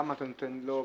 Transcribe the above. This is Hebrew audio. למה אתה נותן לו?